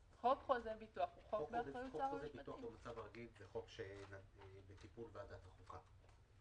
חוזה ביטוח במצב הרגיל הוא חוק שבטיפול ועדת החוקה.